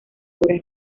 obras